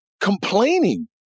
complaining